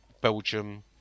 Belgium